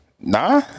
Nah